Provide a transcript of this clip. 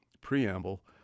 preamble